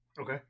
Okay